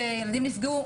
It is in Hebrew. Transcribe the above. שילדים נפגעו,